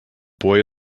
boy